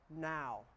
now